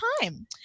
Time